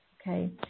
Okay